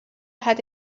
had